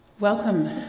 Welcome